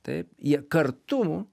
taip jie kartu